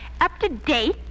up-to-date